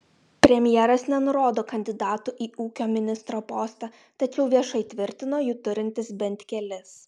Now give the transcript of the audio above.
premjeras nenurodo kandidatų į ūkio ministro postą tačiau viešai tvirtino jų turintis bent kelis